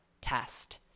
test